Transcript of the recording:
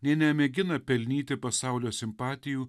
nė nemėgina pelnyti pasaulio simpatijų